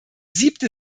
siebte